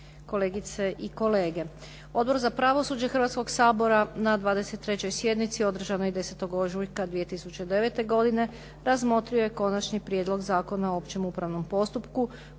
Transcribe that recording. kolegice i kolege. Odbor za pravosuđe Hrvatskog sabora na 23. sjednici održanoj 10. ožujka 2009. godine razmotrio je Konačni prijedlog zakona o općem upravnom postupku